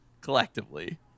collectively